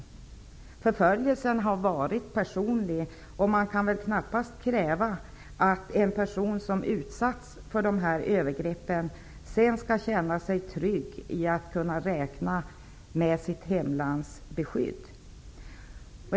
Förföljelsen har i sådana fall varit personlig, och man kan väl knappast kräva att en person som utsatts för de här övergreppen sedan skall känna sig trygg i att kunna räkna med sitt hemlands beskydd.